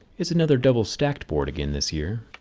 it's another double stacked board again this year,